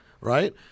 right